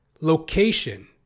location